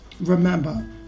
Remember